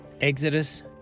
Exodus